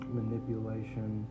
manipulation